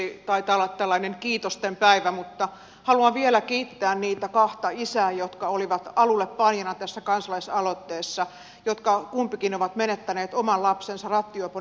taitaa olla tällainen kiitosten päivä mutta haluan vielä kiittää niitä kahta isää jotka olivat alullepanijoina tässä kansalaisaloitteessa ja jotka kumpikin ovat menettäneet oman lapsensa rattijuopon yliajamana